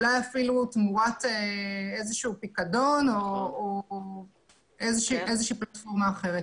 אולי אפילו תמורת איזשהו פיקדון או איזו פלטפורמה אחרת.